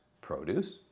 produce